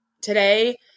today